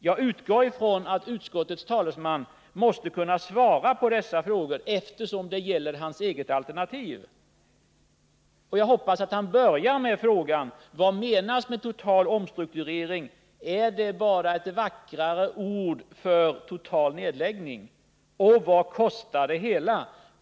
Jag utgår ifrån att utskottets talesman måste kunna svara på dessa frågor, 49 eftersom det gäller hans eget alternativ. Jag hoppas att han börjar med att svara på vad som menas med total omstrukturering. Är det bara ett vackrare ord för total nedläggning? Och vad kostar det hela?